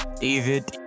David